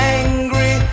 angry